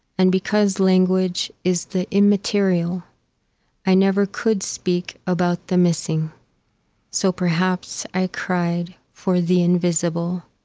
and because language is the immaterial i never could speak about the missing so perhaps i cried for the invisible,